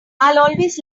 always